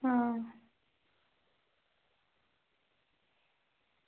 आं